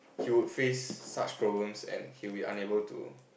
he would face such problems and he would be unable to